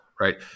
right